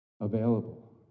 available